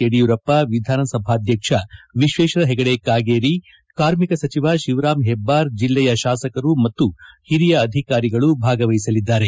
ಯಡಿಯೂರಪ್ಪ ವಿಧಾನಸಭಾಧ್ಯಕ್ಷ ವಿಶ್ವೇಶ್ವರ ಹೆಗಡೆ ಕಾಗೇರಿ ಕಾರ್ಮಿಕ ಸಚಿವ ಶಿವರಾಮ್ ಹೆಬ್ಬಾರ್ ಜಿಲ್ಲೆಯ ಶಾಸಕರು ಮತ್ತು ಓರಿಯ ಅಧಿಕಾರಿಗಳು ಭಾಗವಹಿಸಲಿದ್ದಾರೆ